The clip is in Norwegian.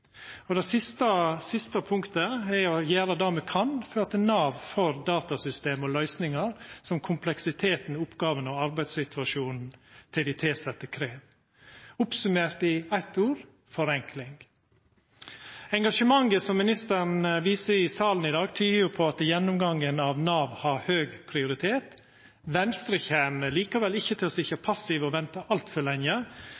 å gjera det me kan for at Nav får datasystem og -løysingar som kompleksiteten, oppgåvene og arbeidssituasjonen til dei tilsette krev. Summert opp i eitt ord: forenkling. Engasjementet som ministeren viser i salen i dag, tyder på at gjennomgangen av Nav har høg prioritet. Venstre kjem likevel ikkje til å